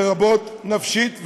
לרבות נפשית,